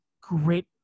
great